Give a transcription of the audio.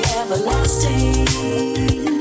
everlasting